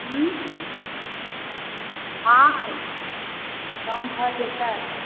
उँ हँ कम भऽ जेतै